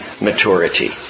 maturity